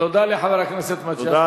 תודה לחבר הכנסת מגלי והבה.